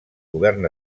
govern